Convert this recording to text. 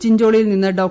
ചിഞ്ചോളിയിൽ നിന്ന് ഡോ